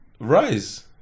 Rise